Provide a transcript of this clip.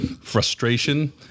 frustration